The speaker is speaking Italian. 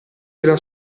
della